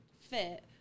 fit